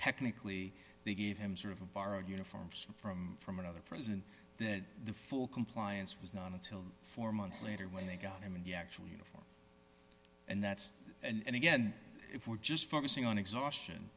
technically they gave him sort of a borrowed uniforms from from another prison and that the full compliance was not until four months later when they got him and he actually you know and that's and again if we're just focusing on exhaustion